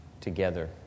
together